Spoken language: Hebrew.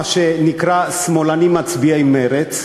מה שנקרא שמאלנים מצביעי מרצ.